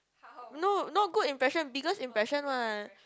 no not good impression biggest impression what